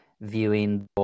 viewing